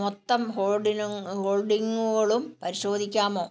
മൊത്തം ഹോൾഡിൻ ഹോൾഡിംഗുകളും പരിശോധിക്കാമോ